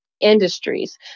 industries